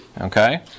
Okay